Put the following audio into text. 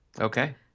Okay